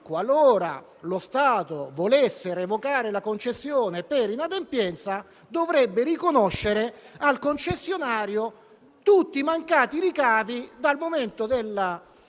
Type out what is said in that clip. qualora lo Stato volesse revocare la concessione per inadempienza, dovrebbe riconoscere al concessionario tutti i mancati ricavi dal momento della